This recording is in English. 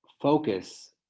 focus